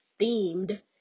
themed